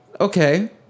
okay